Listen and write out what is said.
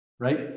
right